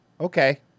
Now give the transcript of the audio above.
Okay